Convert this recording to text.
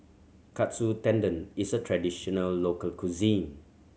Katsu Tendon is a traditional local cuisine